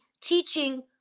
teaching